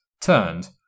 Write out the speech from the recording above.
turned